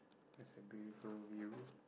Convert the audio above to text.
that's a beautiful view